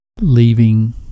leaving